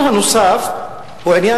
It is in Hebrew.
בעד,